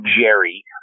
Jerry